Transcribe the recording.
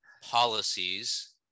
policies